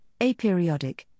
aperiodic